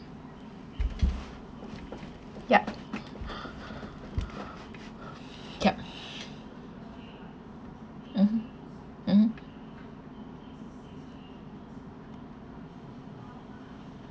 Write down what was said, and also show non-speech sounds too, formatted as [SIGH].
yup [BREATH] yup mmhmm mmhmm